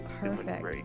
Perfect